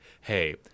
hey